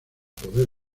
poder